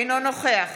אינו נוכח